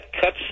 cuts